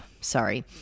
Sorry